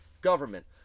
government